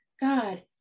God